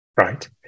right